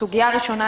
אז סוגיה ראשונה,